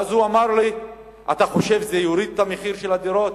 והוא אמר לי: אתה חושב שזה יוריד את המחיר של הדירות?